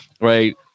right